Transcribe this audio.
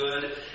good